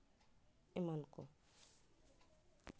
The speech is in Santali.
ᱮᱢᱟᱱ ᱠᱚ